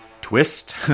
twist